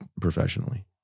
professionally